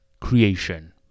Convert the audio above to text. creation